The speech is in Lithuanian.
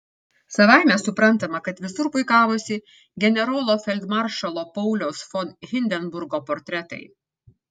savaime suprantama kad visur puikavosi generolo feldmaršalo pauliaus von hindenburgo portretai